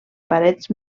parets